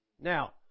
Now